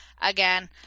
again